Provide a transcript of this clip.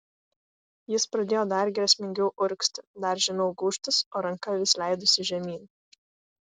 jis pradėjo dar grėsmingiau urgzti dar žemiau gūžtis o ranka vis leidosi žemyn